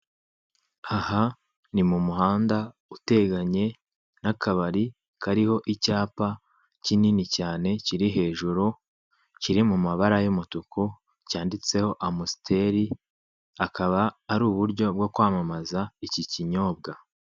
Aha ni mu muhanda uteganye n'akabari kariho icyapa kinini cyane kiri hejuru, kiri mu mabara y' umutuku cyanditseho amusiteri, akaba ari uburyo bwo kwamamaza iki kinyobwa.